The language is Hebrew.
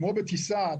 כמו בטיסה,